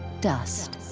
dust.